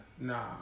Nah